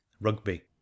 Rugby